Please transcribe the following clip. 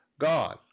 God